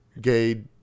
gay